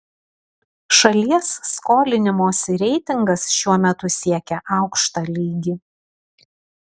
šalies skolinimosi reitingas šiuo metu siekia aukštą lygį